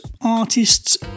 artists